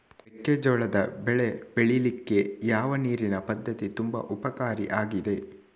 ಮೆಕ್ಕೆಜೋಳದ ಬೆಳೆ ಬೆಳೀಲಿಕ್ಕೆ ಯಾವ ನೀರಿನ ಪದ್ಧತಿ ತುಂಬಾ ಉಪಕಾರಿ ಆಗಿದೆ?